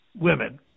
women